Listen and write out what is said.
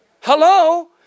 Hello